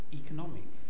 economic